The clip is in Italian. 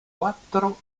quattro